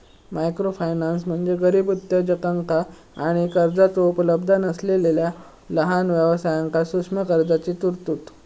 microfinance म्हणजे गरीब उद्योजकांका आणि कर्जाचो उपलब्धता नसलेला लहान व्यवसायांक सूक्ष्म कर्जाची तरतूद